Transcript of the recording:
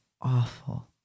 awful